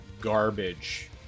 garbage